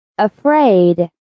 Afraid